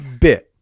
bit